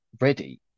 ready